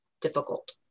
difficult